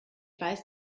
weiß